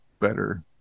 better